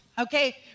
okay